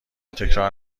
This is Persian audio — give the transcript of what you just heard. تکرار